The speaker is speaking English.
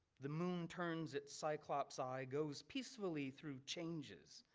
the moon turns at cyclops i goes peacefully through changes.